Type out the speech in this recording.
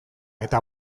eta